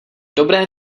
dobré